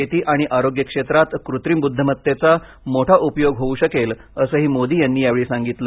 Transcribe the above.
शेती आणि आरोग्य क्षेत्रात कृत्रिम बुद्धिमत्तेचा मोठा उपयोग होऊ शकेल असंही मोदी यांनी यावेळी सांगितलं